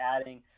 adding